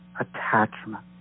attachment